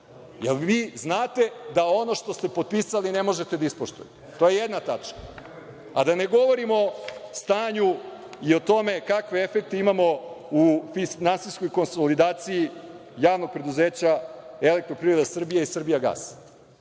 jer vi znate da ono što ste potpisali ne možete da ispoštujete. To je jedna tačka. Da ne govorim o stanju i o tome kakve efekte imamo u finansijskoj konsolidaciji javnog preduzeća „Elektroprivreda Srbije“ i „Srbijagas“.